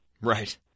Right